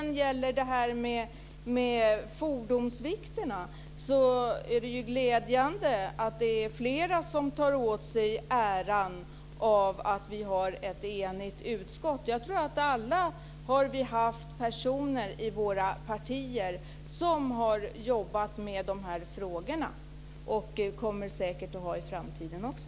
När det sedan gäller fordonsvikterna är det glädjande att det är flera som tar åt sig äran av att vi har ett enigt utskott. Jag tror att vi alla har haft personer i våra partier som har jobbat med dessa frågor, och vi kommer säkert att ha det i framtiden också.